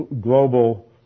global